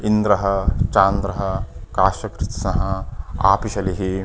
इन्द्रः चान्द्रः काशकृत्स्नः आपिशलिः